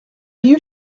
you